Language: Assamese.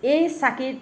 এই চাকিত